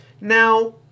Now